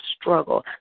struggle